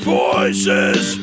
voices